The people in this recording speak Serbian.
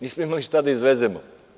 Nismo imali šta da izvezemo.